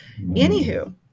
Anywho